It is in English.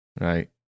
right